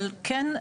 אבל כן,